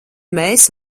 mēs